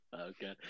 Okay